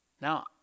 Now